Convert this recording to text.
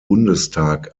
bundestag